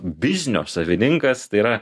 biznio savininkas tai yra